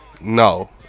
No